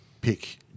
pick